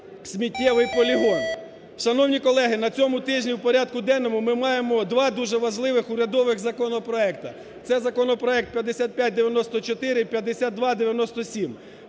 сміттєвий полігон. Шановні колеги, на цьому тижні в порядку денному ми маємо два дуже важливих урядових законопроекти. Це законопроект 5594 і 5297.